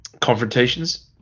confrontations